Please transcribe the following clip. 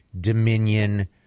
Dominion